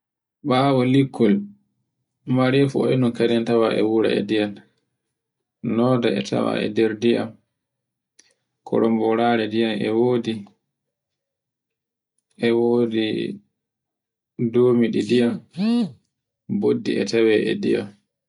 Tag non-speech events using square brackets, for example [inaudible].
ɓawo likkol, marefu anen kadin tawa e wuro e ndiyam noda e tawa e nder ndiyam, korombarare ndiyam e wodi domi ɗe ndiyam [noise] boddi e taye e ndiyam